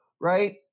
Right